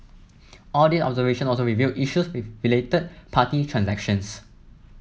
audit observations also revealed issues with related party transactions